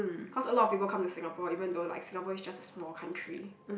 cause a lot of people come to Singapore even though like Singapore is just a small country